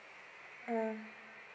mm